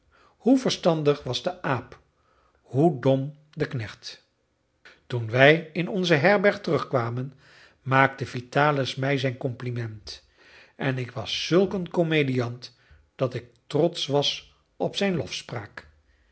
hoe verstandig was de aap hoe dom de knecht toen wij in onze herberg terugkwamen maakte vitalis mij zijn compliment en ik was zulk een komediant dat ik trotsch was op zijn lofspraak